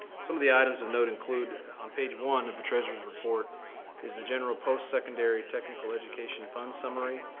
some of the items of note include on page one of the treasurer's report is the general post-secondary technical education fund summary.